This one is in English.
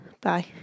Bye